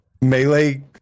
melee